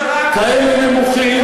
כאלה נמוכים,